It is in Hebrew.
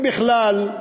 אם בכלל,